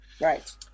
right